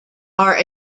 are